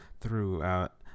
throughout